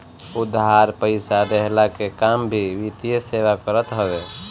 उधार पईसा देहला के काम भी वित्तीय सेवा करत हवे